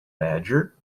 badger